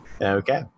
Okay